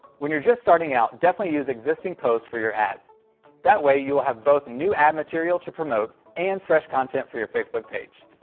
when you're just starting out, definitely use existing posts for your ads that way you will have both new ad material to promote and fresh content for your facebook page.